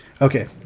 Okay